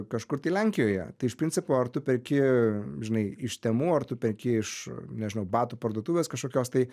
kažkur tai lenkijoje tai iš principo ar tu perki žinai iš temu ar tu perki iš nežinau batų parduotuvės kažkokios tai